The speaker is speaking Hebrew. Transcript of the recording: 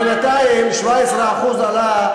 בינתיים ב-17% עלה,